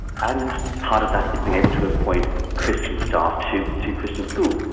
and part of that is being able to appoint christian staff to to christian schools,